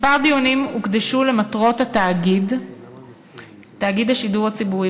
כמה דיונים הוקדשו למטרות תאגיד השידור הציבורי.